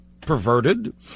perverted